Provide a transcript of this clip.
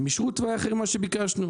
הם אישרו תוואי אחר ממה שביקשנו,